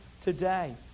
today